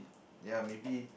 ya maybe